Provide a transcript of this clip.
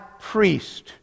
priest